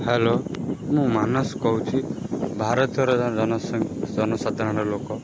hello ମୁଁ ମାନସ କହୁଛି ଭାରତର ଜନସଂ ଜନସାଧାରଣ ଲୋକ